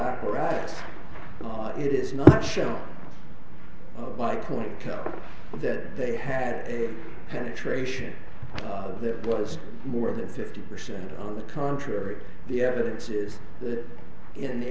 apparatus law it is not shown by point that they had penetration that was more than fifty percent on the contrary the evidence is that in